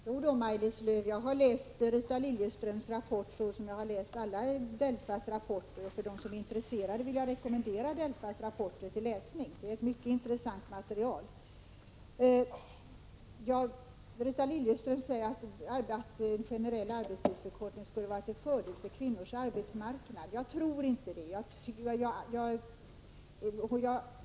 Herr talman! Jo då, Maj-Lis Lööw, jag har läst Rita Liljeströms rapport, liksom jag har läst alla DELFA:s rapporter. För dem som är intresserade vill jag rekommendera DELFA:s rapporter till läsning. Det är ett mycket intressant material. Rita Liljeström anser att en generell arbetstidsförkortning skulle vara till fördel för kvinnors arbetsmarknad, säger Maj-Lis Lööw. Jag tror inte det.